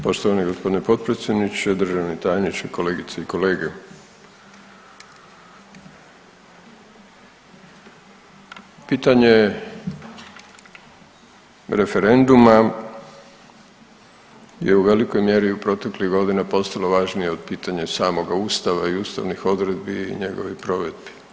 Poštovani gospodine potpredsjedniče, državni tajniče, kolegice i kolege, pitanje referenduma je u velikoj mjeri proteklih godina postalo važnije od pitanja samoga Ustava i ustavnih odredbi i njegovih provedbi.